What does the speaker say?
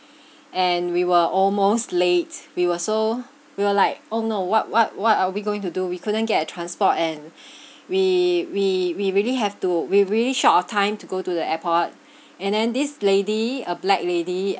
and we were almost late we were so we were like oh no what what what are we going to do we couldn't get a transport and we we we really have to we've really short of time to go to the airport and then this lady a black lady